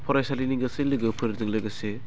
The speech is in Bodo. फरायसालिनि गासै लोगोफोरजों लोगोसे